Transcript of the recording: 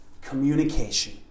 communication